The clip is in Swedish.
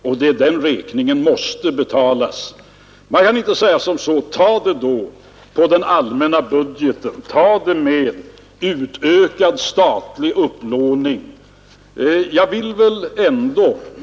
Och den räkningen måste betalas. Man kan inte säga: Ta det på den allmänna budgeten, ta det med utökad statlig upplåning.